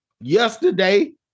yesterday